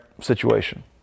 situation